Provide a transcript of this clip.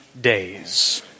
days